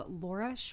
Laura